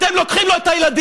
אתם לוקחים לו את הילדים,